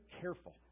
careful